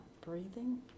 breathing